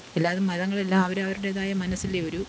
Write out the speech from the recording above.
എല്ലാവരും മതങ്ങളെല്ലാം അവരവരുടേതായ മനസ്സില്ലേ ഒരു